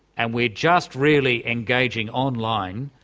and we're just really engaging online,